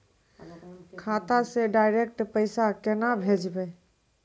खाता से डायरेक्ट पैसा केना भेजबै?